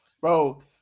Bro